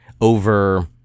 over